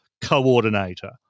Coordinator